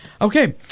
Okay